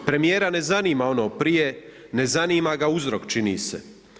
Premjera ne zanima ono prije, ne zanima ga uzrok, čini se.